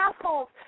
assholes